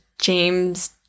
James